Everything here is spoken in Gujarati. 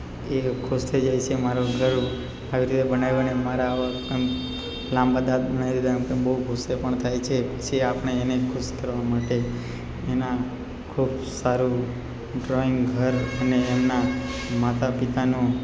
એ ખુશ થઈ જાય છે મારું ઘર આવી રીતે બનાવ્યું ને મારા આવા આમ લાંબા દાંત બનાવી દીધા આમ તે બહુ ગુસ્સે પણ થાય છે પછી આપણે એને ખુશ કરવા માટે એના ખૂબ સારું ડ્રોઈંગ ઘર અને એમના માતા પિતાનો